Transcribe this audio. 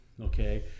Okay